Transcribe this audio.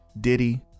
Diddy